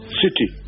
city